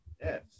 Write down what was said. Yes